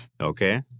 Okay